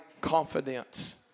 confidence